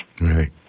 Right